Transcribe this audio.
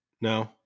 No